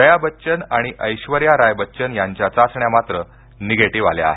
जया बच्चन आणि ऐश्वर्या राय बच्चन यांच्या चाचण्या निगेटिव्ह आल्या आहेत